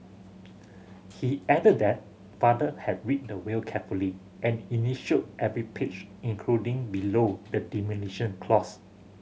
he added that father had read the will carefully and initialled every page including below the demolition clause